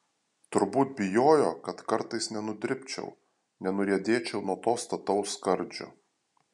turbūt bijojo kad kartais nenudribčiau nenuriedėčiau nuo to stataus skardžio